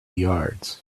yards